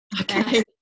Okay